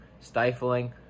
stifling